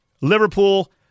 Liverpool